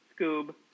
Scoob